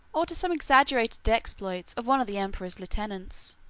or to some exaggerated exploits of one of the emperor's lieutenants.